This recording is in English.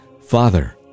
Father